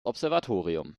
observatorium